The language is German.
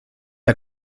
der